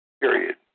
Period